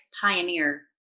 pioneer